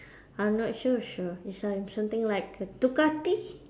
I'm not so sure it's like something like a Ducati